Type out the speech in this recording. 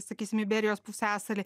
sakysim iberijos pusiasalį